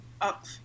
up